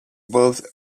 both